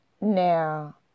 Now